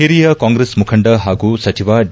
ಹಿರಿಯ ಕಾಂಗ್ರೆಸ್ ಮುಖಂಡ ಹಾಗೂ ಸಚಿವ ಡಿ